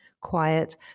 quiet